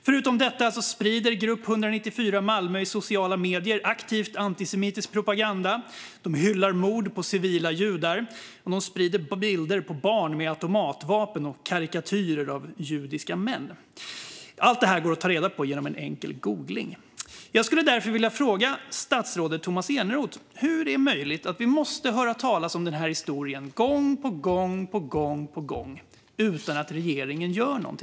Förutom detta sprider Grupp 194 Malmö i sociala medier aktivt antisemitisk propaganda. De hyllar mord på civila judar, och de sprider bilder av barn med automatvapen och karikatyrer av judiska män. Allt detta går att ta reda på genom en enkel googling. Jag skulle därför vilja fråga statsrådet Tomas Eneroth hur det är möjligt att vi gång på gång ska behöva höra talas om detta utan att regeringen gör något.